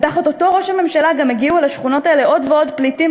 ותחת אותו ראש הממשלה גם הגיעו לשכונות האלה עוד ועוד פליטים,